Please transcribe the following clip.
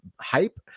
hype